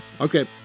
Okay